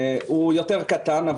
דבר יותר קטן.